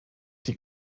die